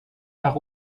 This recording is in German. nach